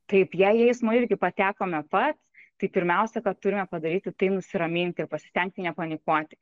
taip jei į eismo įvykį patekome pats tai pirmiausia ką turime padaryti tai nusiraminti ir pasistengti nepanikuoti